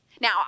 Now